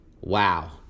Wow